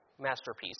masterpiece